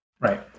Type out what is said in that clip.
Right